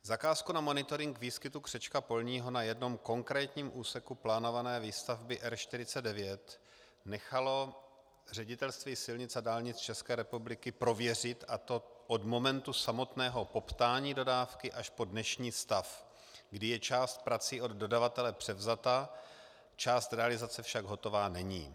Zakázku na monitoring výskytu křečka polního na jednom konkrétním úseku plánované výstavby R 49 nechalo Ředitelství silnic a dálnic České republiky prověřit, a to od momentu samotného poptání dodávky až po dnešní stav, kdy je část prací od dodavatele převzata, část realizace však hotová není.